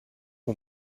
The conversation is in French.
mon